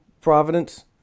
Providence